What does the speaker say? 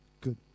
good